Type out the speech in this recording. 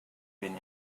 been